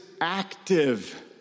active